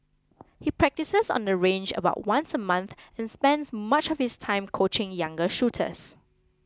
he practises on the range about once a month and spends much of his time coaching younger shooters